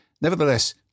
Nevertheless